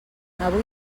avui